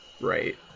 Right